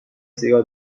سیگار